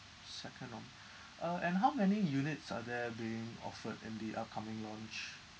second of may uh and how many units are there being offered in the upcoming launch